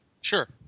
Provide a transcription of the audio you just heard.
Sure